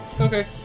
Okay